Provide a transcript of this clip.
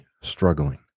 struggling